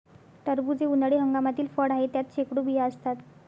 टरबूज हे उन्हाळी हंगामातील फळ आहे, त्यात शेकडो बिया असतात